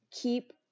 keep